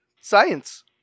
Science